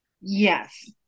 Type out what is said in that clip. Yes